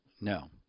No